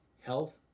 health